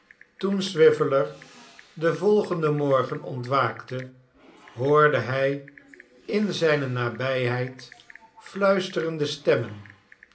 toen swiveller den volgenden morgen ontwaakte hoorde hij in zijne nabijheid fluisterende stemmen